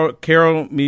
Carol